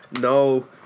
No